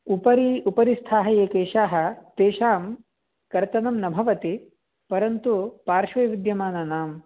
उपरि उपरिस्थाः ये केशाः तेषां कर्तनं न भवति परन्तु पार्श्वेविद्यमानानां